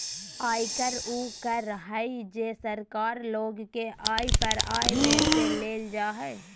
आयकर उ कर हइ जे सरकार लोग के आय पर आय में से लेल जा हइ